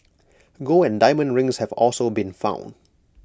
gold and diamond rings have also been found